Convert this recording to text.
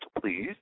please